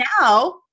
now